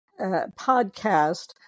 podcast